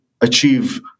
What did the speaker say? achieve